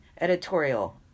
editorial